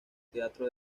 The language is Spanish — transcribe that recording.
teatro